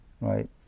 right